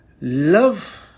love